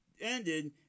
ended